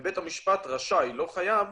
בית המשפט רשאי, לא חייב,